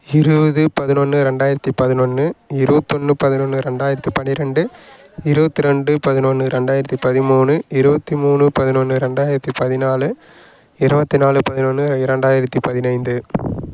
இருபது பதினொன்று ரெண்டாயிரத்து பதினொன்று இருபத்தொன்னு பதினொன்று ரெண்டாயிரத்து பனிரெண்டு இருபத்ரெண்டு பதினொன்று ரெண்டாயிரத்து பதிமூணு இருபத்தி மூணு பதினொன்று ரெண்டாயிரத்து பதினாலு இருபத்தி நாலு பதினொன்று இரண்டாயிரத்து பதினைந்து